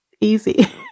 easy